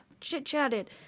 chit-chatted